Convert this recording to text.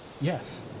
Yes